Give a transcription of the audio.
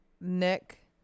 Nick